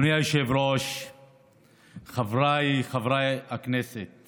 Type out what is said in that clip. חבר הכנסת